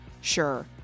Sure